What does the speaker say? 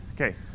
Okay